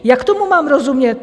Jak tomu mám rozumět?